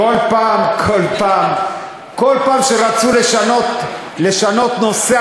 כל פעם שרצו לשנות נושא,